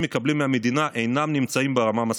מקבלים מהמדינה אינם נמצאים ברמה מספקת.